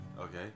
Okay